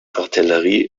artillerie